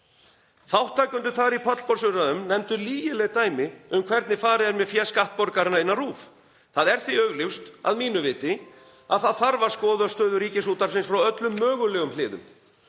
Þátttakendur þar í pallborðsumræðum nefndu lygileg dæmi um það hvernig farið er með fé skattborgaranna innan RÚV. Það er því augljóst að mínu viti að það þarf að skoða stöðu Ríkisútvarpsins frá öllum mögulegum hliðum.